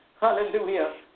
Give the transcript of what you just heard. hallelujah